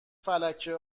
فلکه